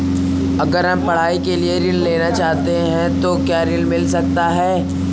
अगर हम पढ़ाई के लिए ऋण लेना चाहते हैं तो क्या ऋण मिल सकता है?